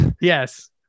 Yes